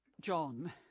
John